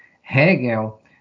Hegel